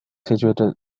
situated